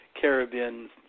Caribbean